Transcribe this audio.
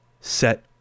set